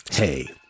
Hey